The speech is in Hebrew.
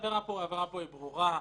העבירה פה היא עבירה ברורה.